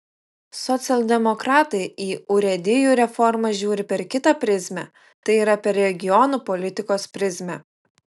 socialdemokratai į urėdijų reformą žiūri per kitą prizmę tai yra per regionų politikos prizmę